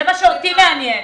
זה מה שאותי מעניין.